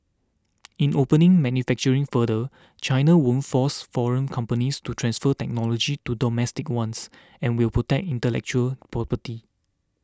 in opening manufacturing further China won't force foreign companies to transfer technology to domestic ones and will protect intellectual property